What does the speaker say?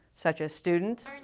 such as students,